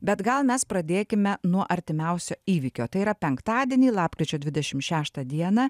bet gal mes pradėkime nuo artimiausio įvykio tai yra penktadienį lapkričio dvidešim šeštą dieną